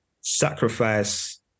sacrifice